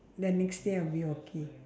then next day I'll be okay